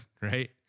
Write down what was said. right